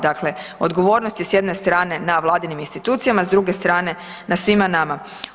Dakle odgovornost je s jedne strane na Vladinim institucijama, s druge strane na svima nama.